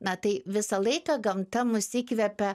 na tai visą laiką gamta mus įkvepia